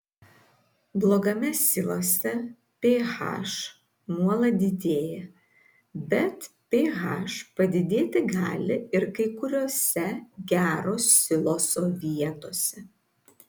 blogame silose ph nuolat didėja bet ph padidėti gali ir kai kuriose gero siloso vietose